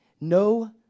No